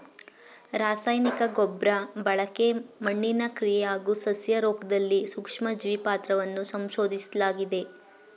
ರಾಸಾಯನಿಕ ಗೊಬ್ರಬಳಕೆ ಮಣ್ಣಿನ ಕ್ರಿಯೆ ಹಾಗೂ ಸಸ್ಯರೋಗ್ದಲ್ಲಿ ಸೂಕ್ಷ್ಮಜೀವಿ ಪಾತ್ರವನ್ನ ಸಂಶೋದಿಸ್ಲಾಗಿದೆ